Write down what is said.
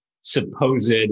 supposed